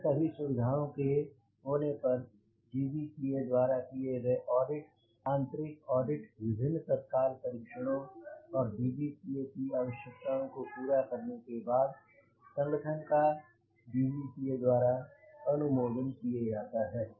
इन सभी सुविधाओं के होने पर और DGCA द्वारा किए गए आडिट आंतरिक ऑडिट विभिन्न तत्काल परीक्षणों और DGCA की आवश्यकताओं को पूरा करने के बाद संगठन का DGCA द्वारा अनुमोदन किया जाता है